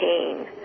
pain